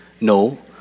No